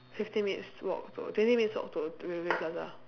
fifteen minutes walk to twenty minutes walk to rivervale plaza